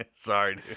sorry